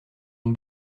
une